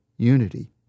Unity